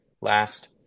Last